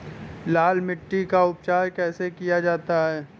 लाल मिट्टी का उपचार कैसे किया जाता है?